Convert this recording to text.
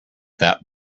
that